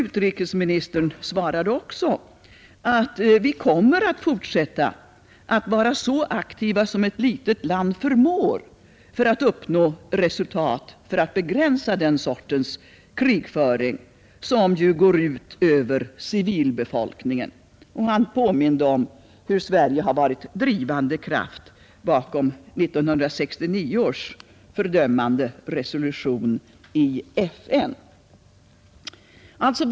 Utrikesministern underströk också att vi kommer att fortsätta att vara så aktiva som ett litet land förmår för att uppnå ett resultat och begränsa den sortens krigföring, som ju går ut över civilbefolkningen. Han påminde även om hur Sverige har varit drivande kraft bakom 1969 års fördömande resolution i FN om användning av några som helst kemiska eller biologiska stridsmedel.